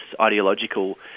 ideological